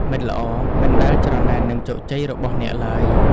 មិត្តល្អមិនដែលច្រណែននឹងជោគជ័យរបស់អ្នកឡើយ។